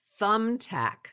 Thumbtack